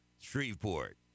Shreveport